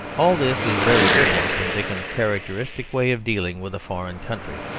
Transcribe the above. all this is very different from dickens's characteristic way of dealing with a foreign country.